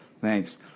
Thanks